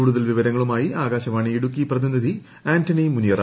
കൂടുതൽ വിവരങ്ങളുമായി ആകാശവാണി ഇടുക്കി പ്രതിനിധി ആന്റണി മുനിയറ